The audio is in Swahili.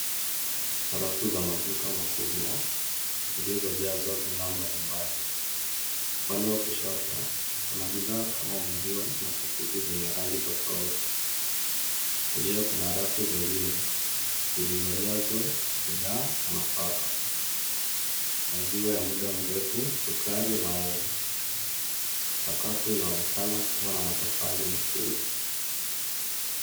Rafu za maduka makubwa zilizojazwa bidhaa mbali mbali. Upande wa kushoto kuna bidhaa kama maziwa na pakiti zenye rangi tofauti. Kulia kuna rafu zingine, zilizojazwa bidhaa na nafaka, maziwa ya muda mrefu, sukari, na unga. Sakafu inaonekana kuwa na matofali mekundu.